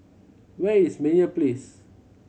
where is Meyer Place